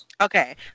okay